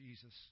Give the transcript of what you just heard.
Jesus